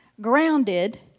grounded